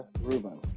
Ruben